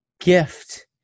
Gift